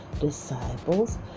disciples